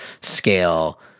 scale